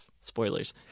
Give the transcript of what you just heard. spoilers